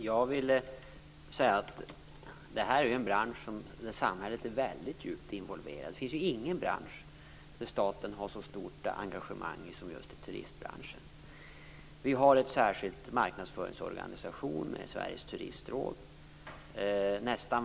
Herr talman! Det här är en bransch som samhället är väldigt djupt involverad i. Det finns ingen bransch som staten har så stort engagemang i som just i turistbranschen. Vi har en särskild marknadsföringsorganisation med Sveriges Turistråd.